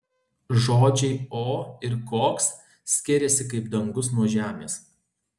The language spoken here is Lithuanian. žodžiai o ir koks skiriasi kaip dangus nuo žemės